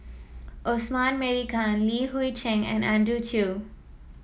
Osman Merican Li Hui Cheng and Andrew Chew